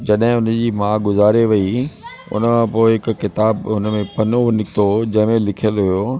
जॾहिं हुन जी माउ गुज़ारे वई हुई उन खां पो हिकु किताबु हुन में पनो निकितो हुओ जंहिंमें लिखियलु हुओ